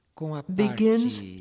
begins